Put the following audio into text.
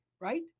right